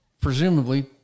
presumably